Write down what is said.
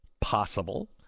Possible